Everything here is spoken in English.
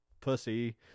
pussy